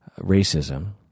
racism